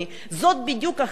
זו בדיוק החזית שלנו,